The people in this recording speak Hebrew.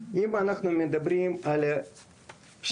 אם אנחנו מדברים על שפירא,